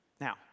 Now